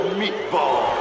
meatball